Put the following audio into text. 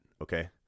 Okay